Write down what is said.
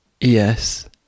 Yes